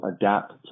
adapt